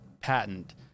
patent